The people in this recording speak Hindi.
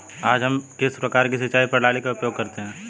आज हम किस प्रकार की सिंचाई प्रणाली का उपयोग करते हैं?